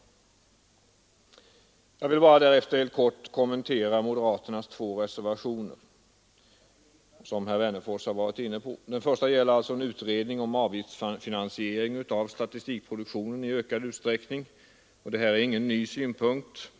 Jag vill bara därefter helt kort kommentera moderaternas båda reservationer, som herr Wennerfors berört. Den första gäller en utredning om avgiftsfinansiering i ökad utsträckning av statistikproduktionen. Det är inget nytt förslag.